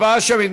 הצבעה שמית.